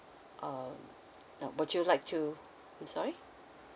um now would you like to I'm sorry